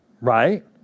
right